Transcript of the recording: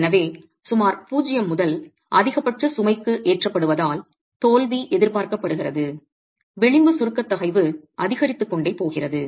எனவே சுவர் 0 முதல் அதிகபட்ச சுமைக்கு ஏற்றப்படுவதால் தோல்வி எதிர்பார்க்கப்படுகிறது விளிம்பு சுருக்கத் தகைவு அதிகரித்துக்கொண்டே போகிறது